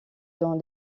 dans